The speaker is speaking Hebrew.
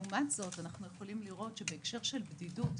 לעומת זאת, אנחנו יכולים לראות שבהקשר של בדידות,